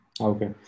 okay